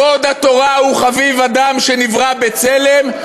כבוד התורה הוא "חביב אדם שנברא בצלם".